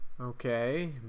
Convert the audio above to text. Okay